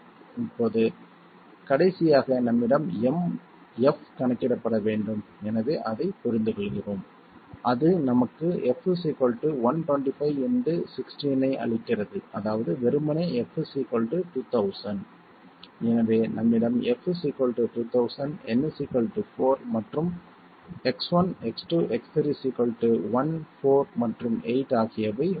இப்போது கடைசியாக நம்மிடம் f கணக்கிடப்பட வேண்டும் எனவே அதைப் புரிந்துகொள்கிறோம் அது நமக்கு f 125 × 16 ஐ அளிக்கிறது அதாவது வெறுமனே f 2000 எனவே நம்மிடம் f 2000 n 4 மற்றும் X1 X2 X3 1 4 மற்றும் 8 ஆகியவை உள்ளன